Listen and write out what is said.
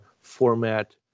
format